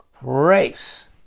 grace